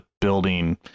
building